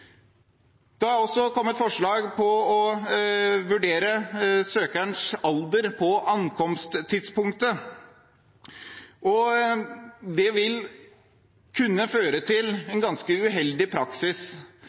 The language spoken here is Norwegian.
Det har også kommet forslag om å vurdere søkerens alder på ankomsttidspunktet. Det vil kunne føre til